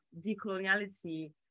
decoloniality